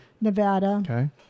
Nevada